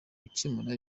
gucyemura